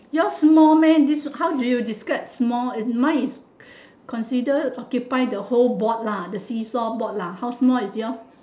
your's small meh this how do you describe small is mine is considered occupied the whole board lah the see-saw board lah how small is yours